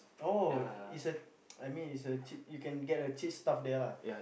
oh it's a I mean it's a cheap you can get a cheap stuff there lah